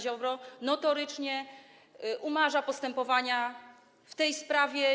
Ziobro notorycznie umarza postępowania w tej sprawie.